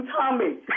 Tommy